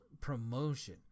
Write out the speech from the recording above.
promotion